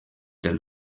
del